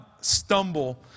stumble